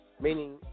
Meaning